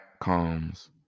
comes